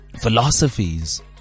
philosophies